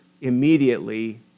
immediately